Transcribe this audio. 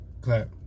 clap